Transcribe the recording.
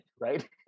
right